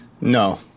no